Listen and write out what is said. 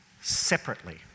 separately